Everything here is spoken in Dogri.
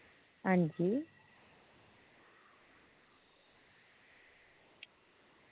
अंजी